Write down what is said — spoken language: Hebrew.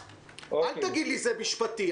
אל תגיד לי שזה משפטי.